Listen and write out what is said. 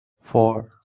four